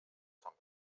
sant